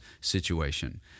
situation